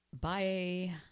bye